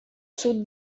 sud